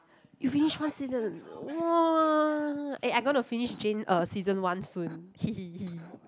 you finished one season !wah! eh I gonna finish Jane uh season one soon hehehe